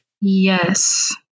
Yes